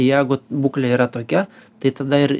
jeigu būklė yra tokia tai tada ir